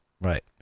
right